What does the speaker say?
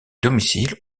domicile